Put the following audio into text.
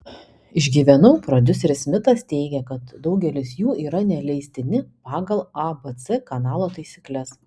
išgyvenau prodiuseris smitas teigia kad daugelis jų yra neleistini pagal abc kanalo taisykles